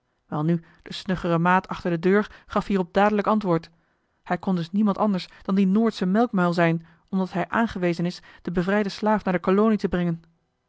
welnu de snuggere maat achter de deur gaf hierop dadelijk antwoord hij kon dus niemand anders dan die noordsche melkmuil zijn omdat hij aangewezen is den bevrijden slaaf naar de kolonie te brengen